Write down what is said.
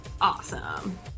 Awesome